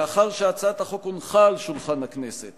לאחר שהצעת החוק הונחה על שולחן הכנסת